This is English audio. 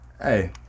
Hey